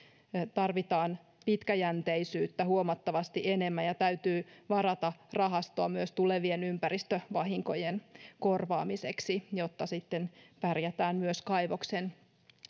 tarvitaan pitkäjänteisyyttä huomattavasti enemmän ja täytyy varata rahastoa myös tulevien ympäristövahinkojen korvaamiseksi jotta sitten pärjätään myös esimerkiksi kaivoksen